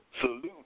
Salute